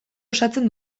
osatzen